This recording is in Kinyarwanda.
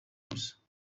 gusa